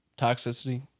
Toxicity